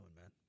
man